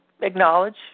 acknowledge